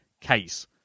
case